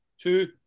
two